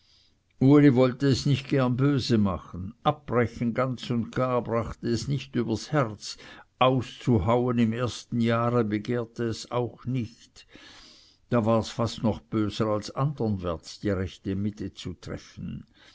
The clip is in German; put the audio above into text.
uli wollte es nicht gerne böse machen abbrechen ganz und gar brachte es nicht übers herz auszuhausen im ersten jahre begehrte es auch nicht da wars fast noch böser als anderwärts die rechte mitte zu treffen